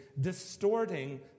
distorting